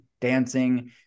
dancing